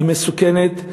היא מסוכנת,